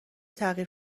تغییر